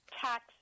tax